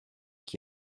qui